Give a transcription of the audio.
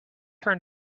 turned